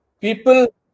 people